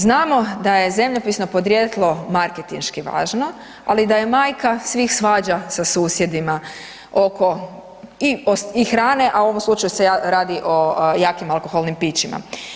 Znamo da je zemljopisno podrijetlo marketinški važno, ali da je majka svih svađa sa susjedima oko i hrane, a u ovom slučaju se radi o jakim alkoholnim pićima.